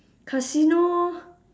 casino